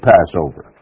Passover